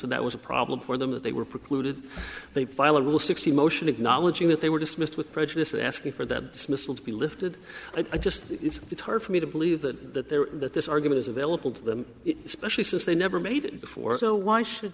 and that was a problem for them that they were precluded they file a rule sixty motion acknowledging that they were dismissed with prejudice asking for that dismissal to be lifted i just it's hard for me to believe that that there that this argument is available to them especially since they never made it before so why should